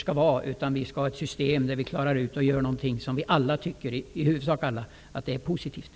I stället skall vi ha ett system som innebär att vi klarar ut och gör sådant som i huvudsak alla tycker är positivt.